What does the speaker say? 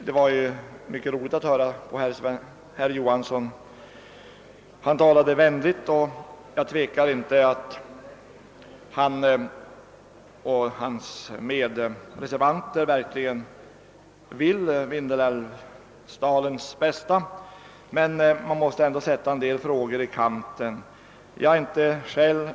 Det var mycket roligt att höra på herr Johansson i Simrishamn som talade vänligt, och jag tvivlar inte på att han och hans medreservanter verkligen vill Vindelådalens bästa, men man måste ändå sätta vissa frågetecken i kanten.